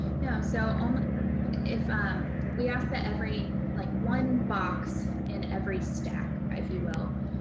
yeah, so um if ah um we ask that every like one box in every stack, if you will.